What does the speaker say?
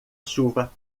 chuva